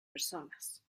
personas